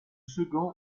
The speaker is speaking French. second